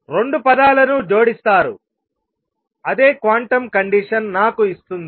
2 పదాలను జోడిస్తారు అదే క్వాంటం కండిషన్ నాకు ఇస్తుంది